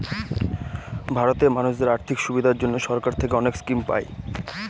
ভারতে মানুষদের আর্থিক সুবিধার জন্য সরকার থেকে অনেক স্কিম পায়